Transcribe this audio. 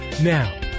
Now